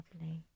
lovely